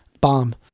bomb